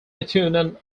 lithuanian